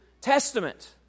Testament